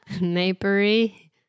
Napery